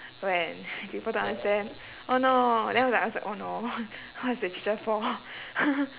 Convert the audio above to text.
when people don't understand oh no then I I was like oh no what's the teacher for